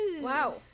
Wow